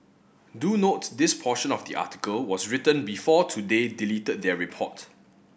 do note this portion of the article was written before today deleted their report